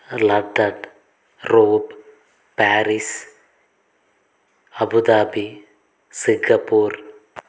London Rome Paris Abu Dhabi Singapore